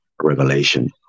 revelation